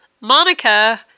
Monica